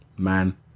Man